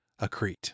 accrete